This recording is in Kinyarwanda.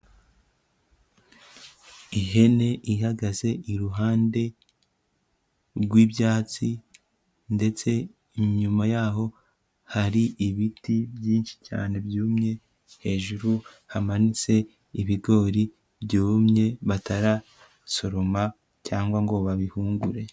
Ihene ihagaze iruhande rw'ibyatsi ndetse inyuma yaho hari ibiti byinshi cyane byumye, hejuru hamanitse ibigori byumye batarasoroma cyangwa ngo babihungure.